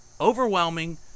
overwhelming